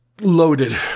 Loaded